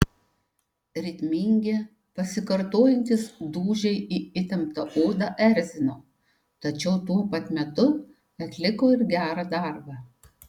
ritmingi pasikartojantys dūžiai į įtemptą odą erzino tačiau tuo pat metu atliko ir gerą darbą